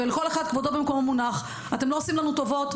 וכבודו במקומו מונח אתם לא עושים לנו טובות,